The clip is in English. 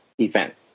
event